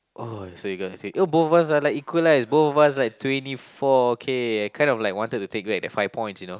oh both of us are like equalise both of us like twenty four okay I kind of like wanted to take back the five points you know